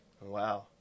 Wow